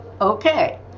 Okay